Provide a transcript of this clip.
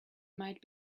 might